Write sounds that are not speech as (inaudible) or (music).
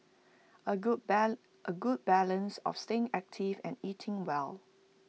A good (noise) A good balance of staying active and eating well